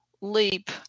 leap